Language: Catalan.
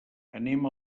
anem